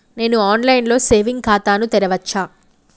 నేను online లో saving ఖాతా ను తెరవచ్చా?